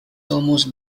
almost